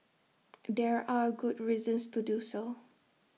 there are good reasons to do so